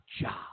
job